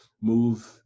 move